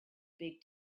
big